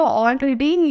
already